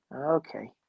okay